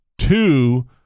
two